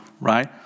right